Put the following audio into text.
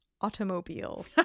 automobile